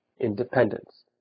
independence